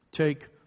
Take